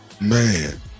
Man